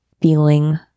feeling